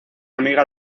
amiga